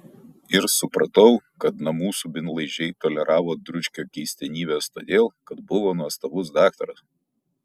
ir supratau kad namų subinlaižiai toleravo dručkio keistenybes todėl kad buvo nuostabus daktaras